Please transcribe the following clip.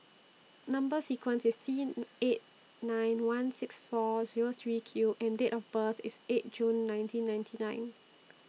Number sequence IS T eight nine one six four Zero three Q and Date of birth IS eight June nineteen ninety nine